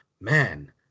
Man